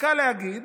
קל להגיד